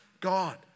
God